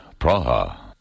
Praha